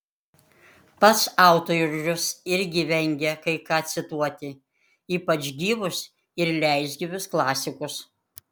pats autorius irgi vengia kai ką cituoti ypač gyvus ir leisgyvius klasikus